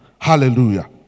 Hallelujah